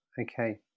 okay